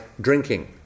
drinking